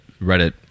Reddit